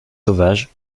sauvages